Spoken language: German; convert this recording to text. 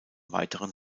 weiteren